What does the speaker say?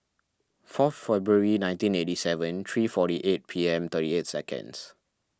fourth February nineteen eighty seven three forty eight P M thirty eight seconds